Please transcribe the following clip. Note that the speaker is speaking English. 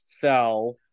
fell